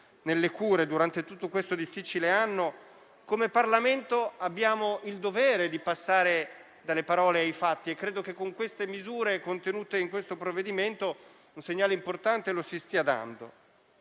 nelle cure durante tutto questo difficile anno, come Parlamento abbiamo il dovere di passare dalle parole ai fatti. Io credo che, con le misure contenute in questo provvedimento, un segnale importante lo si stia dando.